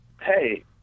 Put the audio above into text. Hey